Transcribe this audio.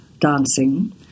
dancing